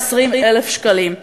20,000 שקלים.